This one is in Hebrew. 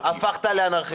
נרשם.